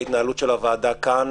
שחוק איכוני השב"כ היה נכון,